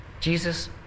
Jesus